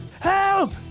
help